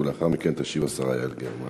ולאחר מכן תשיב השרה יעל גרמן